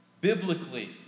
Biblically